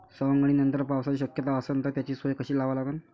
सवंगनीनंतर पावसाची शक्यता असन त त्याची सोय कशी लावा लागन?